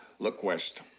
look, west,